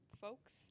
folks